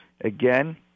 again